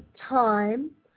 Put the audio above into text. time